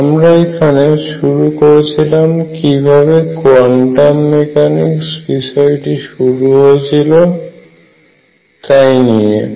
আমরা প্রথমে কীভাবে কোয়ান্টাম মেকানিক্স বিষয়টি শুরু হয়েছিল তার সম্বন্ধে আলোচনা করেছিলাম